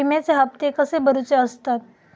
विम्याचे हप्ते कसे भरुचे असतत?